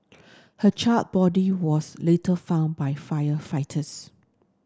her charred body was later found by firefighters